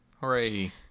Hooray